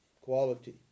quality